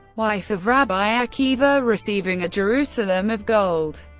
wife of rabbi akiva, receiving a jerusalem of gold.